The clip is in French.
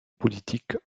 politique